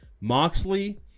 Moxley